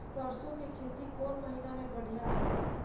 सरसों के खेती कौन महीना में बढ़िया होला?